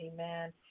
Amen